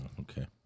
Okay